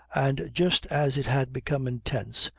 and just as it had become intense,